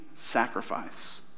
sacrifice